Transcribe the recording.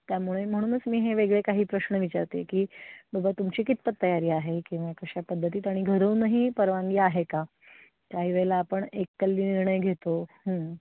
त्यामुळे म्हणूनच मी हे वेगळे काही प्रश्न विचारते की बाबा तुमची कितपत तयारी आहे किंवा कशा पद्धतीत आणि घरूनही परवानगी आहे का काही वेळेला आपण एककली निर्णय घेतो